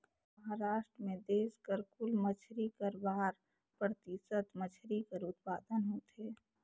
महारास्ट में देस कर कुल मछरी कर बारा परतिसत मछरी कर उत्पादन होथे